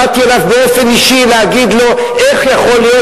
באתי אליו באופן אישי להגיד לו איך יכול להיות